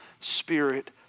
Spirit